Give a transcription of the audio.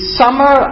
summer